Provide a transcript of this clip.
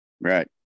right